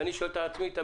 אני שואל את עצמי כל